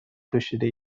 پوشیده